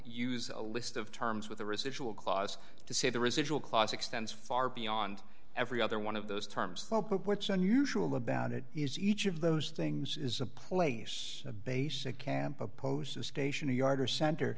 use a list of terms with a residual clause to say the residual class extends far beyond every other one of those terms what's unusual about it is each of those things is a place a basic camp opposed to station a yard or center